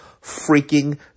freaking